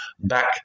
back